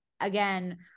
again